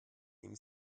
ihm